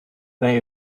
they